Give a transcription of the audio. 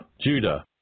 Judah